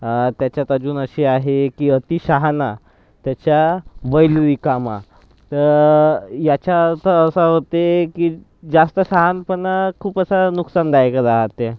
त्याच्यात अजून अशी आहे की अति शहाणा त्याचा बैल रिकामा तर ह्याच्या अर्थ असा होते की जास्त शहाणपणा खूप असा नुकसानदायक राहते